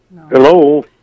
Hello